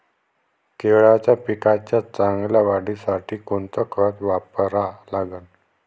केळाच्या पिकाच्या चांगल्या वाढीसाठी कोनचं खत वापरा लागन?